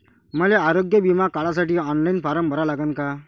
मले आरोग्य बिमा काढासाठी ऑनलाईन फारम भरा लागन का?